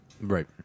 Right